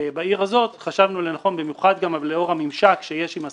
בעיר הזאת חשבנו לנכון במיוחד לאור הממשק שיש עם ה-CERT,